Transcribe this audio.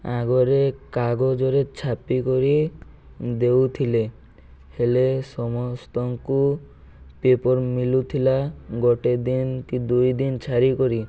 ଆଗରେ କାଗଜରେ ଛାପି କରି ଦେଉଥିଲେ ହେଲେ ସମସ୍ତଙ୍କୁ ପେପର୍ ମିଳୁଥିଲା ଗୋଟେ ଦିନ କି ଦୁଇ ଦିନ କରି